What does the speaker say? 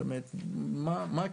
זאת אומרת מה הקשר?